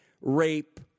rape